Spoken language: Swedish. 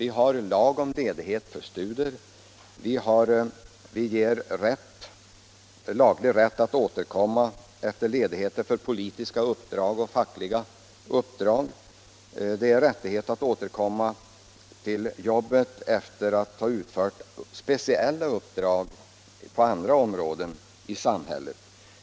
Vi har en lag om ledighet för studier, vi ger laglig rätt att återkomma efter ledigheter för politiska och fackliga uppdrag. Det är en rättighet att återkomma till jobbet efter att ha utfört speciella uppdrag på andra områden i samhället.